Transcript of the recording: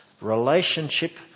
Relationship